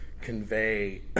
convey